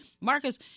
Marcus